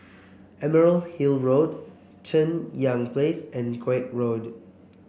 Emerald Hill Road Cheng Yan Place and Koek Road